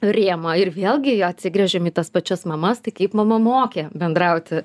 rėmą ir vėlgi atsigręžiam į tas pačias mamas tai kaip mama mokė bendrauti